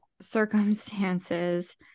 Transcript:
circumstances